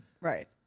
Right